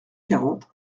quarante